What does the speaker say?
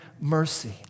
mercy